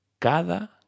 cada